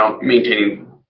maintaining